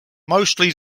mostly